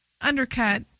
undercut